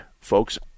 Folks